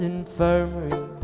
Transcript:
Infirmary